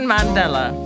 Mandela